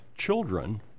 children